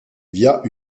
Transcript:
via